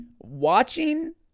Watching –